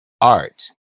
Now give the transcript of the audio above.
art